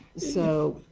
so,